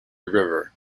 river